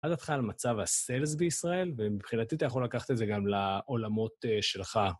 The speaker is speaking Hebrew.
מה דעתך על מצב ה"סיילס" בישראל, ומבחינתי אתה יכול לקחת את זה גם לעולמות שלך.